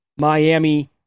Miami